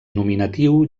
nominatiu